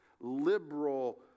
liberal